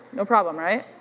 no problem, right?